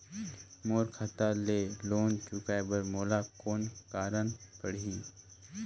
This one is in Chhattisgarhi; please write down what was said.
मोर खाता ले लोन चुकाय बर मोला कौन करना पड़ही?